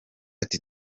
ati